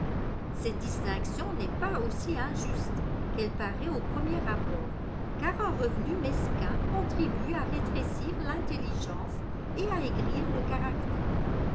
cette distinction n'est pas aussi injuste qu'elle paraît au premier abord car un revenu mesquin contribue à rétrécir l'intelligence et à aigrir le caractère